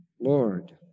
Lord